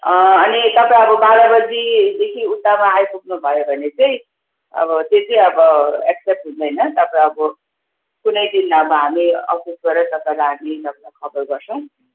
अनि तपाईँ अब बाह्र बजीदेखि उतामा आइपुग्नु भयो भने चाहिँ अब त्यो चाहिँ अब एक्सेप्ट हुँदैन तपाईँ अब कुनै दिन अब हामी अफिसबाट तपाईँहरूलाई हामी तपाईँहरूलाई खबर गर्छौँ